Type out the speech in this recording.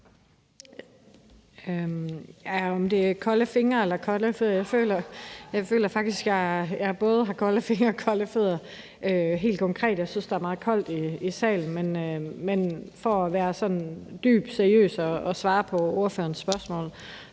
om det er kolde fingre eller kolde fødder, føler jeg faktisk, at jeg både har kolde fingre og kolde fødder, altså helt konkret, for jeg synes, der er meget koldt i salen. Men for at være sådan dybt seriøs og svare på ordførerens spørgsmål